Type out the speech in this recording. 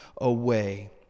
away